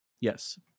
Yes